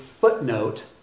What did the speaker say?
footnote